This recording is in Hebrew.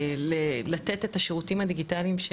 באותם אזרחים שמתקשים לבצע שירותים דיגיטליים,